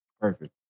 Perfect